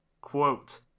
Quote